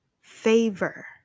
favor